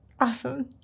Awesome